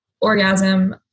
orgasm